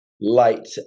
light